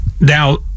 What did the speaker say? Now